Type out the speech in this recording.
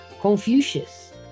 Confucius